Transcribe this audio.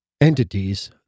entities